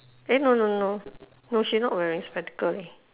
eh no no no no she not wearing spectacle leh